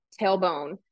tailbone